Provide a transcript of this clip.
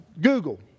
Google